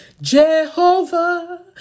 Jehovah